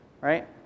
right